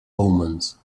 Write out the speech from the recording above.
omens